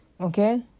okay